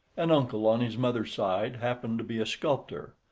an uncle on his mother's side happened to be a sculptor.